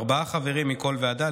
ארבעה חברים מכל ועדה,